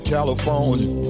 California